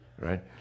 right